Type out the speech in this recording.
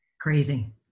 Crazy